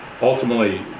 ultimately